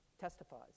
testifies